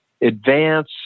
advance